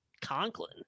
Conklin